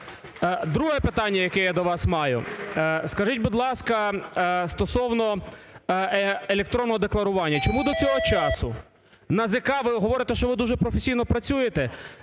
Друге питання, яке я до вас маю. Скажіть, будь ласка, стосовно електронного декларування. Чому до цього часу НАЗК (ви говорите, що ви дуже професійно працюєте)